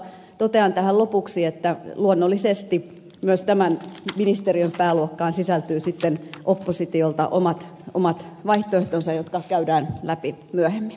totean tähän lopuksi että luonnollisesti myös tämän ministeriön pääluokkaan sisältyy sitten oppositiolta omat vaihtoehtonsa jotka käydään läpi myöhemmin